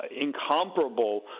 incomparable